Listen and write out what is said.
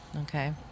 Okay